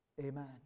Amen